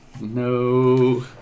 No